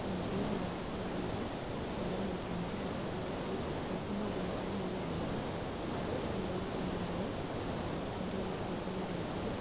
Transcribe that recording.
മുഷിഞ്ഞ് പോവാതിരിക്കാൻ വേണ്ടിയിട്ട് സ്മെല്ലൊന്നും അടിക്കാൻ വേണ്ടിയിട്ട് ഒരു ഐസ് ഐസിൻ്റെ ഉള്ളിലേക്കാണ് മീനിനെ ഇടുന്നത് അത് ചന്തയിൽ കൊണ്ടുപോയി അവർ നിശ്ചയിക്കുന്ന റേറ്റിൽ